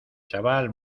chaval